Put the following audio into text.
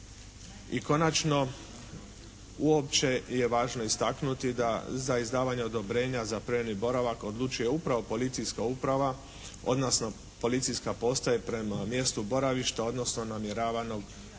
I konačno, uopće je važno istaknuti da za izdavanje odobrenja za privremeni boravak odlučuje upravo policijska uprava, odnosno policijska postaja prema mjestu boravišta, odnosno namjeravanog boravka